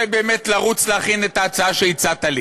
באמת לרוץ להכין את ההצעה שהצעת לי.